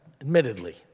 admittedly